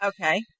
Okay